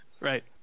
right